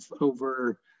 over